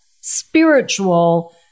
spiritual